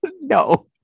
No